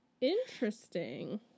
Interesting